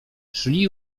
szli